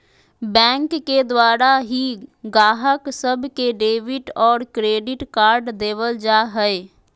bank के द्वारा ही गाहक सब के डेबिट और क्रेडिट कार्ड देवल जा हय